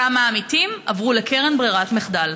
2. כמה עמיתים עברו לקרן ברירת מחדל?